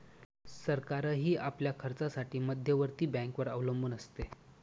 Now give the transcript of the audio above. सरकारही आपल्या खर्चासाठी मध्यवर्ती बँकेवर अवलंबून असते